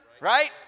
right